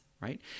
right